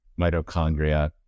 mitochondria